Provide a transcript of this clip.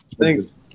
Thanks